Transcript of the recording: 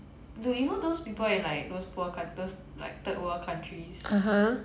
dude you know those people in like those poor coun~ those like third world countries